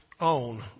own